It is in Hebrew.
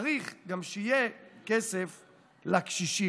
צריך שיהיה גם כסף לקשישים.